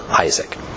Isaac